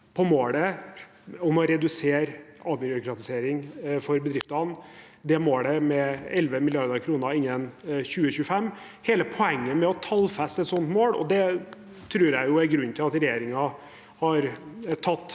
mot målet om å redusere avbyråkratisering for bedriftene – målet om 11 mrd. kr innen 2025. Hele poenget med å tallfeste et sånt mål – og det tror jeg er grunnen til at regjeringen har tatt